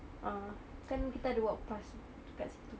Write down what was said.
ah kan kita ada walk past dekat situ